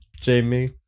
Jamie